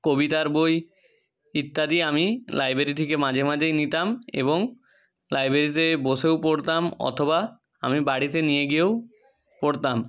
কবিতার বই ইত্যাদি আমি লাইব্ৰেরি থেকে মাঝে মাঝেই নিতাম এবং লাইব্ৰেরিতে বসেও পড়তাম অথবা আমি বাড়িতে নিয়ে গিয়েও পড়তাম